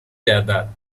گردد